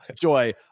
Joy